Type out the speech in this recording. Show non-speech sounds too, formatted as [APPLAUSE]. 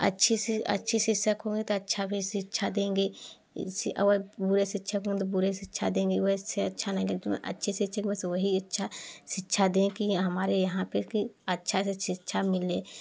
अच्छे से अच्छे शिक्षक हों तो अच्छा भी शिक्षा देंगे इसे और बुरे शिक्षक हैं तो बुरे शिक्षा देंगे वैसे अच्छा नहीं [UNINTELLIGIBLE] अच्छे शिक्षक बस वही अच्छा शिक्षा दें कि हमारे यहाँ पर कि अच्छा से शिक्षा मिले